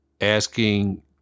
asking